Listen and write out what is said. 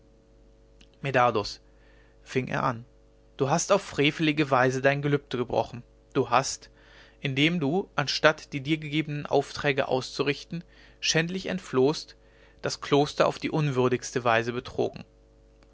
medardus fing er an du hast auf frevelige weise dein gelübde gebrochen du hast indem du anstatt die dir gegebenen aufträge auszurichten schändlich entflohst das kloster auf die unwürdigste weise betrogen